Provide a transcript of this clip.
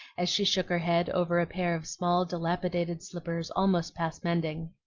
as she shook her head over a pair of small, dilapidated slippers almost past mending.